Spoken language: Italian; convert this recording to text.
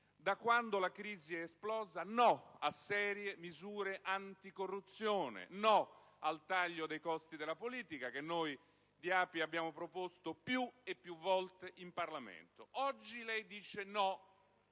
Da quando la crisi è esplosa, no a serie misure anticorruzione; no al taglio dei costi della politica, che noi di ApI abbiamo proposto più e più volte in Parlamento. Oggi, lei dice no